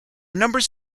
numbers